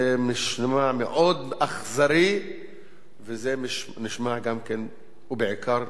זה נשמע מאוד אכזרי וזה נשמע גם כן, ובעיקר,